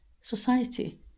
society